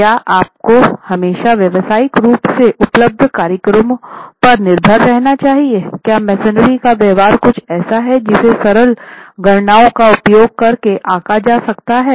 क्या आपको हमेशा व्यावसायिक रूप से उपलब्ध कार्यक्रमों पर निर्भर रहना चाहिए क्या मेसनरी का व्यवहार कुछ ऐसा है जिसे सरल गणनाओं का उपयोग करके आंका जा सकता है